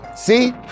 See